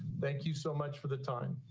thank you so much for the time